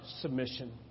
submission